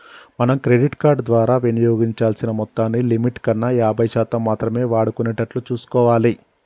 మనం credit card ద్వారా వినియోగించాల్సిన మొత్తాన్ని లిమిట్ కన్నా యాభై శాతం మాత్రమే వాడుకునేటట్లు చూసుకోవాలి